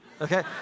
Okay